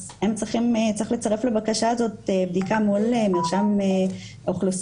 אז הם צריכים לצרף לבקשה הזו בדיקה מול מרשם האוכלוסין,